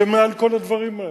זה מעל כל הדברים האלה.